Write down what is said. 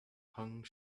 hung